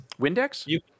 Windex